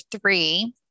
three